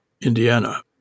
Indiana